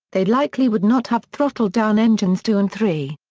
they likely would not have throttled down engines two and three.